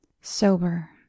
sober